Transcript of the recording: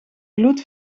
gloed